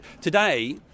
today